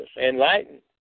enlightened